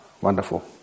wonderful